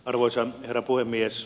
arvoisa herra puhemies